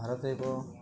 ଭାରତ ଏକ